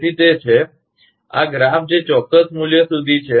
તેથી તે છે આ ગ્રાફ જે ચોક્કસ મૂલ્ય સુધી છે